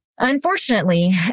Unfortunately